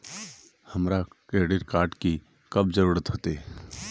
हमरा credit card की कब जरूरत होते?